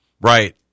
right